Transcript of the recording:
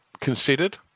considered